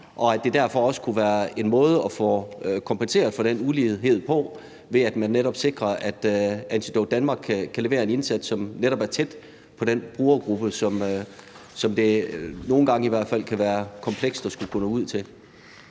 og at det derfor også kunne være en måde at få kompenseret for den ulighed på, ved at man netop sikrer, at Antidote Danmark kan levere en indsats, som netop er tæt på den brugergruppe, som det i hvert fald nogle gange kan være komplekst at kunne nå ud til.